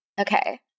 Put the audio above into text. Okay